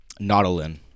Nautilin